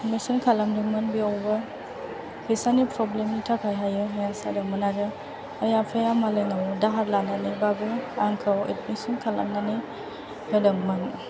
admission खालामदोंमोन बेवबो फैसानि प्रब्लेमनि थाखाय हाया हाया जादोंमोन आरो आइ आफाया मालायनाव दाहार लानानैबाबो आंखौ एदमिसन खालामनानै होदोंमोन